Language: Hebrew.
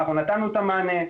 נתנו את המענה,